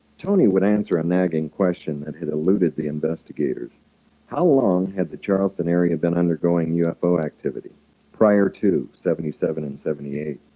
tony would answer a nagging question that had alluded the investigators how long had the charleston area been undergoing ufo activity prior to seventy seven and seventy eight?